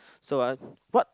so uh what